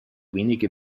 wenige